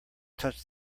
touch